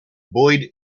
boyd